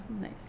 nice